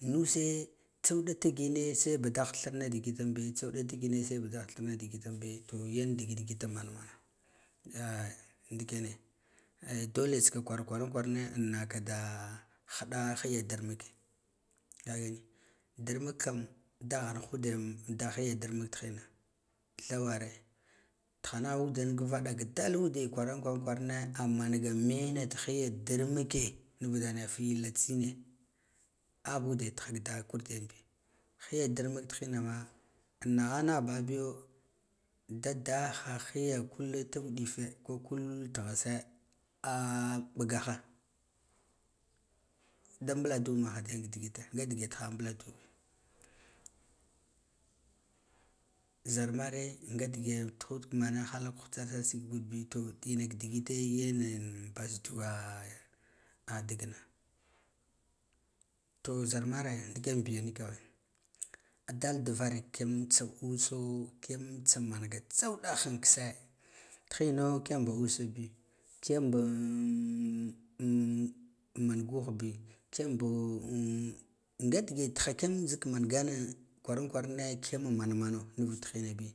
Nuse tsa udan tigine se budah uhirna digid da nbe tsa uda tigine se budah thirna digitanbe toh yandigid git manmana eh nidikene uh dai e tsika kwaran kwarane naka da hida higa dari nuk kagani drinmuk kam deghan ha ude da hiya darmuke tihina ɗha ware ntiha nagh uban dal ude kwaran kwarane amanga mena ta hi yadarmuke mu udane fila tsine amba ude ha ka da kurda yani hiya darmuk dihinama an nig hana bahabigo daha higa kulata uɗife ko kultighise mɓgaka da buladu maha diganka digi te nga digen tiha butadu bi zar mare nga degenti hut kamaha halan hutsasal sigudbi to ina ka digite yenen baz duwa a digna to zarmare ndi kenbiya niko adal duvara kiyam tsa uso kiyam tsamanga tsa udahe lisse tihino kiyam ba usabi kiyaba man ghuhbi kiyamba nga dege tihakiyan zak mangane li wara kwarane kiyam mana mano nuvud rihina bi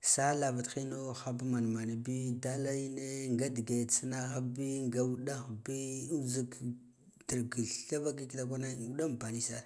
sa lava tihire haba man mana bi dal me nga dige tsinaha bi nga udab bi uzik tirki tha vake kitakwnne uda ampani sar